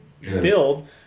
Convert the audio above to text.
build